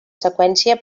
seqüència